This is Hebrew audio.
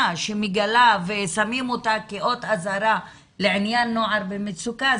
שמתגלה ושמים אותה כאות אזהרה לעניין נוער במצוקה,